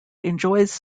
enjoys